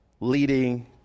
leading